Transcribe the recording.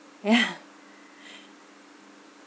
yeah